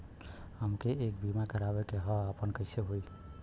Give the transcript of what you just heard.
हमके एक बीमा करावे के ह आपन कईसे होई?